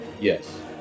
Yes